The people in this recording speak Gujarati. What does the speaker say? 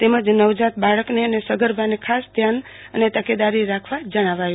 તેમજ નવજાત બાળ કને સગર્ભાને ખાસ ધ્યાન તકેદારી રાખવા જણાવ્યું